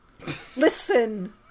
Listen